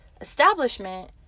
establishment